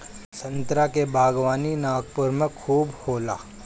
संतरा के बागवानी नागपुर में खूब होला